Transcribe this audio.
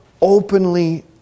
openly